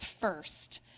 first